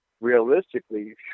realistically